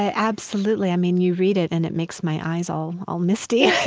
ah absolutely. i mean, you read it and it makes my eyes all all misty.